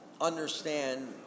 understand